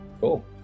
Cool